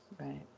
Right